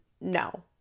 no